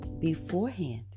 beforehand